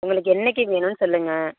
உங்களுக்கு என்றைக்கி வேணும்னு சொல்லுங்க